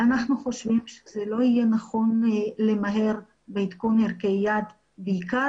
אנחנו חושבים שזה לא יהיה נכון למהר בעדכון ערכי יעד בעיקר